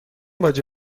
باجه